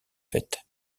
fêtes